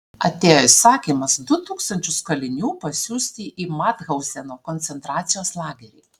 atėjo įsakymas du tūkstančius kalinių pasiųsti į mathauzeno koncentracijos lagerį